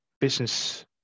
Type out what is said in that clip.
business